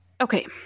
Okay